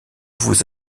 vous